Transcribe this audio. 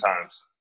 times